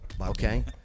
Okay